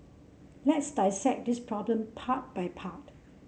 let's dissect this problem part by part